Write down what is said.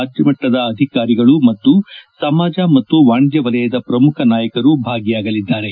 ರಾಜ್ಯಮಟ್ಟದ ಅಧಿಕಾರಿಗಳ ಮತ್ತು ಸಮಾಜ ಮತ್ತು ವಾಣಿಜ್ಯ ವಲಯದ ಪ್ರಮುಖ ನಾಯಕರು ಭಾಗಿಯಾಗಲಿದ್ದಾರೆ